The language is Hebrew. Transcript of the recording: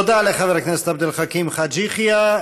תודה לחבר הכנסת עבד אל חכים חאג' יחיא.